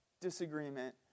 disagreement